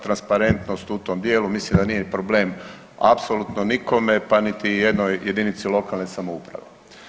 Transparentnost u tom dijelu mislim da nije problem apsolutno nikome, pa niti jednoj jedinici lokalne samouprave.